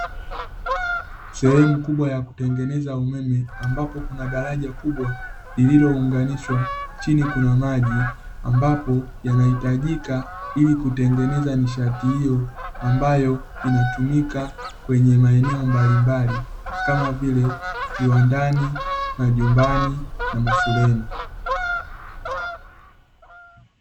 Sehemu kubwa ya kutengeneza umeme ambapo kuna daraja kubwa lililounganishwa, chini kuna maji ambapo yanahitajika ili kutengeneza nishati hiyo ambayo inatumika kwenye maeneo mbalimbali kama vile: viwandani, majumbani na mashuleni.